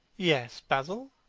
yes, basil?